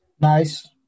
Nice